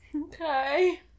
Okay